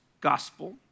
Gospel